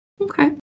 Okay